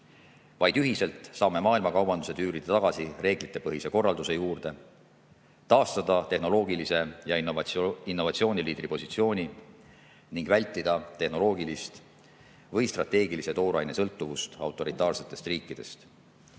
Vaid ühiselt saame maailmakaubanduse tüürida tagasi reeglitepõhise korralduse juurde, taastada tehnoloogilise ja innovatsiooniliidri positsiooni ning vältida tehnoloogilist või strateegilise toorainega seotud sõltuvust autoritaarsetest riikidest.